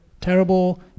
terrible